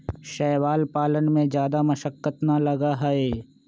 शैवाल पालन में जादा मशक्कत ना लगा हई